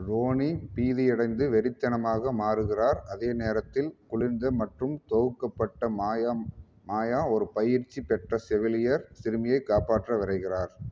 Ronnie பீதியடைந்து வெறித்தனமாக மாறுகிறார் அதே நேரத்தில் குளிர்ந்து மற்றும் தொகுக்கப்பட்ட மாயம் மாயா ஒரு பயிற்சி பெற்ற செவிலியர் சிறுமியைக் காப்பாற்ற விரைகிறார்